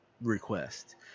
request